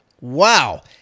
Wow